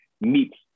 meets